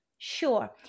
Sure